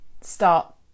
start